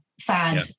fad